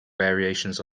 variations